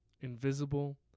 invisible